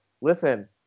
listen